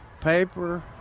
Paper